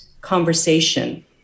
conversation